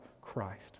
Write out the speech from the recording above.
Christ